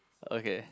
okay